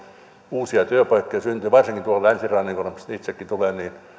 uusia työpaikkoja syntyy varsinkin tuonne länsirannikolle mistä itsekin tulen niin